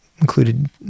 included